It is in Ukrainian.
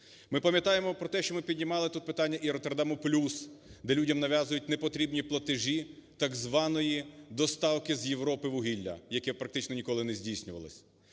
Ми пам'ятаємо про те, що ми піднімали тут питання і "Роттердаму плюс", де людям нав'язують непотрібні платежі так званої доставки з Європи вугілля, яке практично ніколи не здійснювалося.